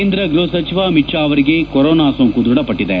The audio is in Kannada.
ಕೇಂದ್ರ ಗೃಹ ಸಚಿವ ಅಮಿತ್ ಶಾ ಅವರಿಗೆ ಕೊರೊನಾ ಸೋಂಕು ದೃಢಪಟ್ಟಿದೆ